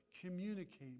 Communicate